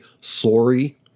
sorry